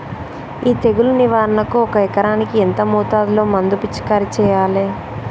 ఈ తెగులు నివారణకు ఒక ఎకరానికి ఎంత మోతాదులో మందు పిచికారీ చెయ్యాలే?